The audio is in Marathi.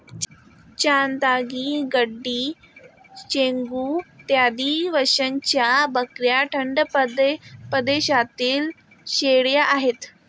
चांथागी, गड्डी, चेंगू इत्यादी वंशाच्या बकऱ्या थंड प्रदेशातील शेळ्या आहेत